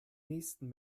nächsten